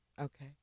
Okay